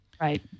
Right